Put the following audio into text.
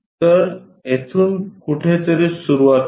तर येथून कुठेतरी सुरुवात करा